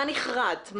מה נכרת,